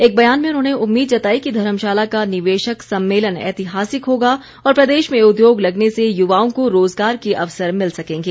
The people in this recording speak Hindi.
एक बयान में उन्होंने उम्मीद जताई कि धर्मशाला का निवेशक सम्मेलन ऐतिहासिक होगा और प्रदेश में उद्योग लगने से युवाओं को रोज़गार के अवसर मिल सकेंगें